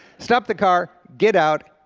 stop the car, get out,